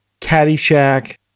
Caddyshack